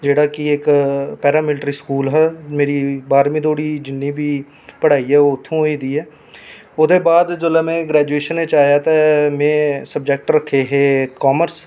जेह्ड़ा कि इक पैरा मिलट्री स्कूल हा मेरी बाह्रमी धोड़ी जिन्नी बी पढ़ाई ऐ ओह् उत्थूं होई दी ऐ ओह्दे बाद जिसलै में ग्रैजुएशन च आया ते में सब्जैक्ट रक्खे हे कार्मस